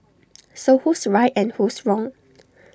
so who's right and who's wrong